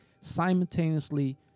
simultaneously